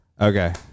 Okay